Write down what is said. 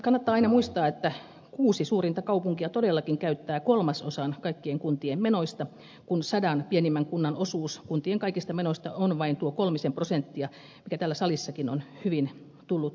kannattaa aina muistaa että kuusi suurinta kaupunkia todellakin käyttävät kolmasosan kaikkien kuntien menoista kun sadan pienimmän kunnan osuus kuntien kaikista menoista on vain tuo kolmisen prosenttia mikä täällä salissakin on hyvin tullut esille